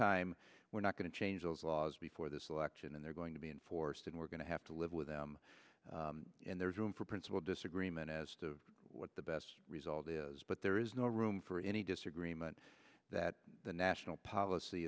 time we're not going to change those laws before this election and they're going to be enforced and we're going to have to live with them and there's room for principle disagree as to what the best result is but there is no room for any disagreement that the national policy